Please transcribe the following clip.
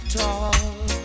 talk